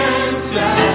answer